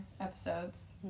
episodes